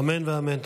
אמן ואמן.